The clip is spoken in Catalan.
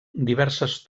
diverses